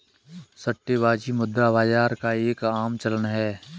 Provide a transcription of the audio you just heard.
सट्टेबाजी मुद्रा बाजार का एक आम चलन है